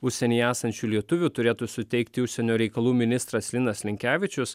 užsieny esančių lietuvių turėtų suteikti užsienio reikalų ministras linas linkevičius